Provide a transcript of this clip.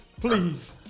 Please